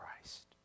Christ